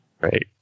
right